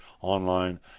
online